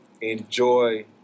enjoy